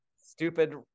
stupid